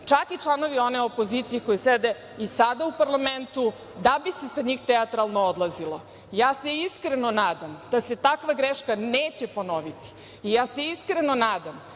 čak i članovi one opozicije koji sede i sada u parlamentu da bi se sa njih teatralno odlazilo. Ja se iskreno nadam da se takva greška neće ponoviti i ja se iskreno nadam